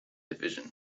division